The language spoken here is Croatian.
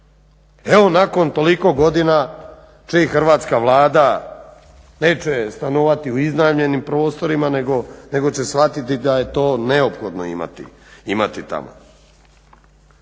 Evo nakon i toliko godina će hrvatska Vlada neće stanovati u iznajmljenim prostorima nego će shvatiti da je to neophodno imati tamo.